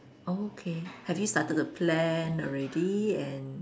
oh okay have you started a plan already and